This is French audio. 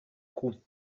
coût